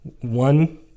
one